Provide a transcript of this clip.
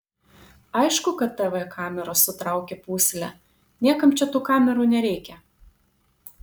aišku kad tv kameros sutraukia pūslę niekam čia tų kamerų nereikia